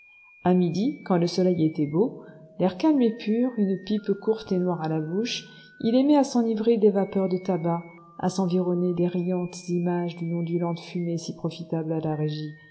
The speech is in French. à midi quand le soleil était beau l'air calme et pur une pipe courte et noire à la bouche il aimait à s'enivrer des vapeurs du tabac à s'environner des riantes images d'une ondulante fumée si profitable à la régie